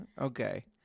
Okay